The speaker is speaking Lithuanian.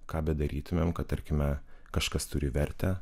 ką bedarytumėm kad tarkime kažkas turi vertę